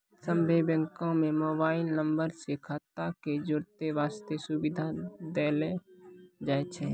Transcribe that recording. सभ्भे बैंको म मोबाइल नम्बर से खाता क जोड़ै बास्ते सुविधा देलो जाय छै